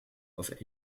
auf